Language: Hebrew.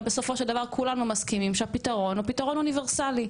אבל בסופו של דבר כולנו מסכימים שהפתרון הוא פתרון אוניברסלי,